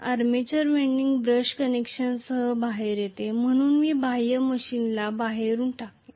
armature winding brush कनेक्शनसह बाहेर येते म्हणून मी बाह्य मशीनला बाहेरून टाकीन